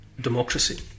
Democracy